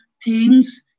teams